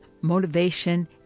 motivation